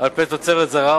על פני תוצרת זרה,